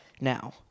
now